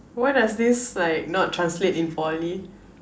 why does this like not translate in Poly